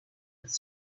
its